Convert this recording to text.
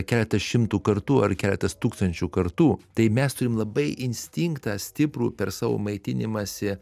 keletas šimtų kartų ar keletas tūkstančių kartų tai mes turim labai instinktą stiprų per savo maitinimąsi